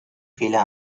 fehler